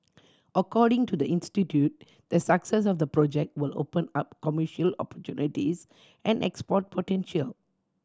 according to the institute the success of the project will open up commercial opportunities and export potential